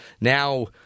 now –